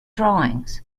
drawings